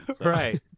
Right